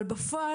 אבל בפועל,